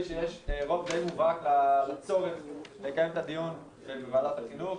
שיש רוב די מובהק לצורך לקיים את הדיון בוועדת החינוך,